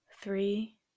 three